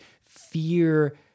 fear